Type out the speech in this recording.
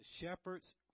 shepherds